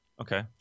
okay